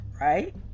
right